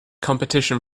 competition